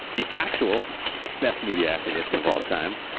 the actual best media acquisition of all time.